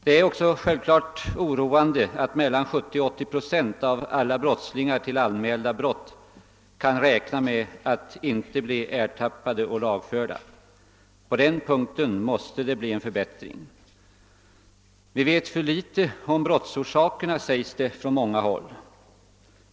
Det är naturligtvis också oroande att 70—380 procent av alla brottslingar kan räkna med att inte bli ertappade och lagförda — på den punkten måste det bli en förbättring. Vi vet för litet om brottsorsakerna, sägs det från många håll.